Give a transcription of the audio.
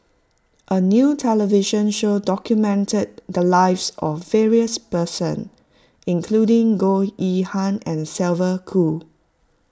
a new television show documented the lives of various person including Goh Yihan and Sylvia Kho